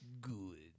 Good